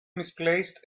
misplaced